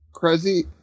Crazy